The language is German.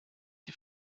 die